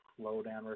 slowdown